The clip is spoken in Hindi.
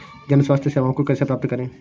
जन स्वास्थ्य सेवाओं को कैसे प्राप्त करें?